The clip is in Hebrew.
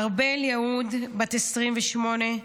ארבל יהוד, בת 28,